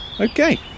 Okay